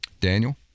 Daniel